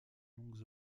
longues